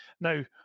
Now